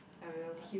I will but